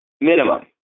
Minimum